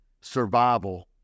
survival